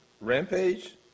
rampage